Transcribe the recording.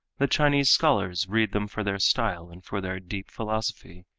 the chinese scholars read them for their style and for their deep philosophy,